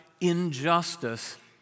injustice